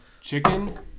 chicken